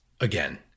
again